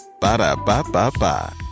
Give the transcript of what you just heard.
Ba-da-ba-ba-ba